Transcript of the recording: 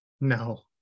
No